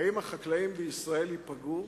האם החקלאים בישראל ייפגעו?